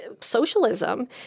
socialism